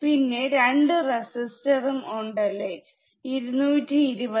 പിന്നെ 2 റസിസ്റ്റർസും ഉണ്ടല്ലേ 220k